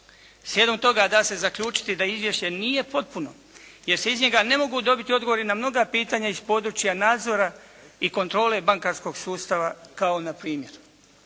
Slijedom toga da se zaključiti da izvješće nije potpuno, jer se iz njega ne mogu dobiti odgovori na mnoga pitanja iz područja nadzora i kontrole bankarskog sustava kao npr.: